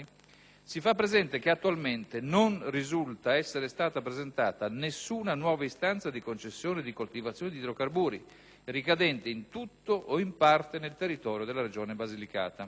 si fa presente che attualmente non risulta essere stata presentata nessuna nuova istanza di concessione di coltivazione di idrocarburi ricadente in tutto o in parte nel territorio della Regione Basilicata.